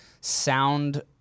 sound